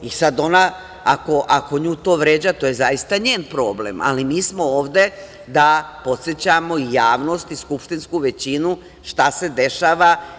Ako nju to vređa to je zaista njen problem, ali mi smo ovde da podsećamo i javnost i skupštinsku većinu šta se dešava.